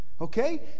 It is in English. okay